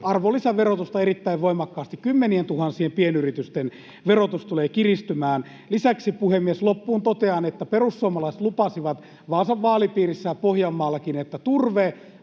arvonlisäverotusta erittäin voimakkaasti. Kymmenientuhansien pienyritysten verotus tulee kiristymään. Lisäksi, puhemies, loppuun totean, että perussuomalaiset lupasivat Vaasan vaalipiirissä ja Pohjanmaallakin, että turve